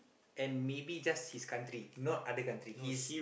and maybe just his country not other country his